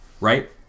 right